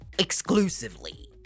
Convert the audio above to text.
exclusively